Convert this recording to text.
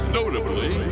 notably